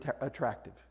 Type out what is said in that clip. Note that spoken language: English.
attractive